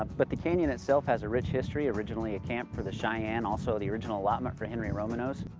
but the canyon itself has a rich history. originally a camp for the cheyenne also the original allotment for henry roman nose.